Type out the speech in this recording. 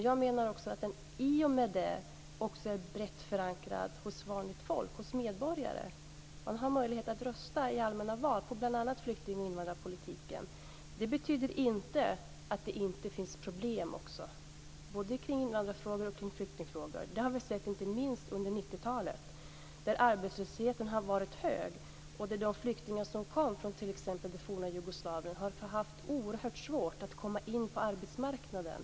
Jag menar att den i och med det också är brett förankrad hos vanligt folk, hos medborgare. De har möjlighet att rösta i allmänna val på bl.a. flyktingoch invandrarpolitiken. Det betyder inte att det inte finns problem både kring invandrarfrågor och kring flyktingfrågor. Det har vi sett inte minst under 90 talet, där arbetslösheten har varit hög. De flyktingar som kom från t.ex. det forna Jugoslavien har haft oerhört svårt att komma in på arbetsmarknaden.